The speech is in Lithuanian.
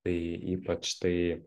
tai ypač tai